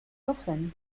often